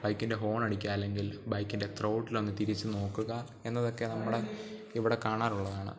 ബൈക്കിൻ്റെ ഹോൺ അടിക്കുക അല്ലെങ്കിൽ ബൈക്കിൻ്റെ ത്രോട്ടിൽ ഒന്ന് തിരിച്ച് നോക്കുക എന്നതൊക്കെ നമ്മുടെ ഇവിടെ കാണാറുള്ളതാണ്